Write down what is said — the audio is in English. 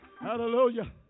Hallelujah